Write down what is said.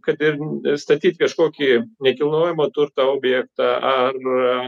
kad ir statyt kažkokį nekilnojamo turto objektą ar